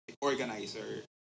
organizer